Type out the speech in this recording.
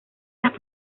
las